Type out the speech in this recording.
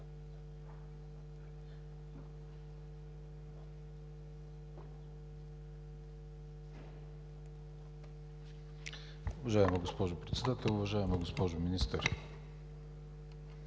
Уважаема госпожо Председател! Уважаема госпожо Министър,